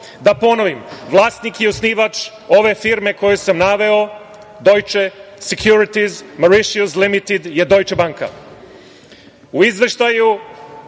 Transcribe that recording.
ponovim, vlasnik i osnivač ove firme koje sam naveo „Deutsche securities Mauritius limited“ je „Dojče banka“. U izveštaju,